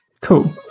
Cool